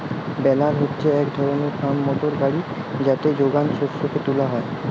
বেলার হচ্ছে এক ধরণের ফার্ম মোটর গাড়ি যাতে যোগান শস্যকে তুলা হয়